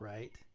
Right